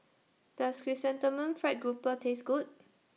Does Chrysanthemum Fried Grouper Taste Good